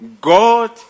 God